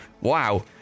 wow